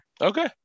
Okay